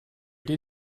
did